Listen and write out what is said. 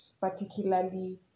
particularly